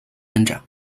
增长